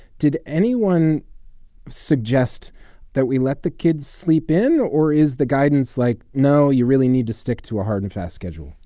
did anyone suggest that we let the kids sleep in? or is the guidance like, no, you really need to stick to a hard and fast schedule?